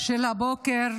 של הבוקר